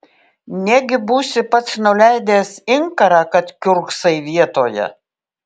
negi būsi pats nuleidęs inkarą kad kiurksai vietoje